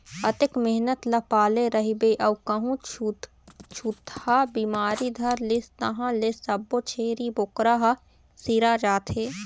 अतेक मेहनत ल पाले रहिबे अउ कहूँ छूतहा बिमारी धर लिस तहाँ ले सब्बो छेरी बोकरा ह सिरा जाथे